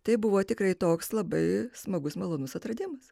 tai buvo tikrai toks labai smagus malonus atradimas